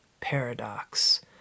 paradox